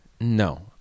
No